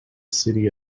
city